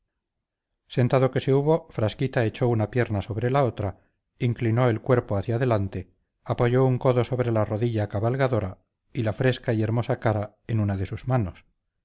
sentado que se hubo frasquita echó una pierna sobre la otra inclinó el cuerpo hacia adelante apoyó un codo sobre la rodilla cabalgadora y la fresca y hermosa cara en una de sus manos